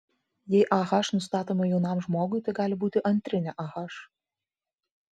jei ah nustatoma jaunam žmogui tai gali būti antrinė ah